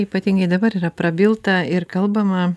ypatingai dabar yra prabilta ir kalbama